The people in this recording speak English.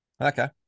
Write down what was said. Okay